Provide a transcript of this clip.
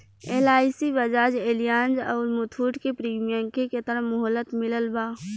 LIC Bajaj Allianz आउर मुथूट के premium के केतना मुहलत मिलल बा?